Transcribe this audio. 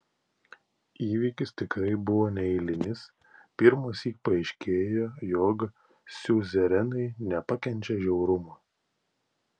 įvykis tikrai buvo neeilinis pirmąsyk paaiškėjo jog siuzerenai nepakenčia žiaurumo